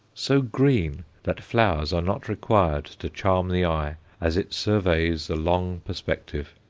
so green, that flowers are not required to charm the eye as it surveys the long perspective.